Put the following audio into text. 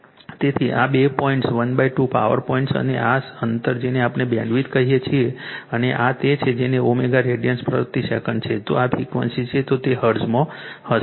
તેથી આ બે પોઈન્ટ 12 પાવર પોઈન્ટ અને અને આ અંતર જેને આપણે બેન્ડવિડ્થ કહીએ છીએ અને આ તે છે જો તે ω રેડિયન પ્રતિ સેકન્ડ છે જો તે ફ્રિક્વન્સી છે તો તે હર્ટ્ઝમાં હશે